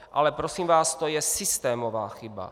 Ale prosím vás, to je systémová chyba.